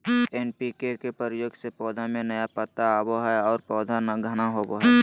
NPK के प्रयोग से पौधा में नया पत्ता आवो हइ और पौधा घना होवो हइ